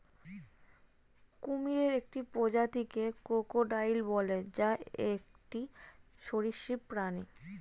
কুমিরের একটি প্রজাতিকে ক্রোকোডাইল বলে, যা একটি সরীসৃপ প্রাণী